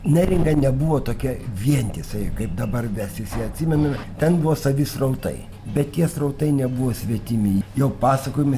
neringa nebuvo tokia vientisa kaip dabar besis ją atsimena ten buvo savi srautai bet tie srautai nebuvo svetimi jo pasakojimais